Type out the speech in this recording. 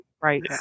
Right